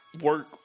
Work